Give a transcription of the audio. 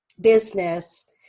business